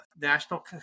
national